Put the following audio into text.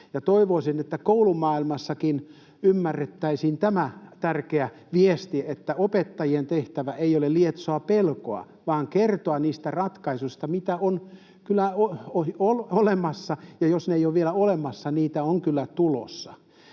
Toivoisin, että koulumaailmassakin ymmärrettäisiin tämä tärkeä viesti, että opettajien tehtävä ei ole lietsoa pelkoa vaan kertoa niistä ratkaisuista, mitä on kyllä olemassa, ja jos ne eivät ole vielä olemassa, niitä on kyllä tulossa.